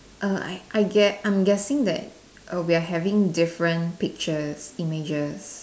uh I I get I'm guessing that uh we're having different pictures images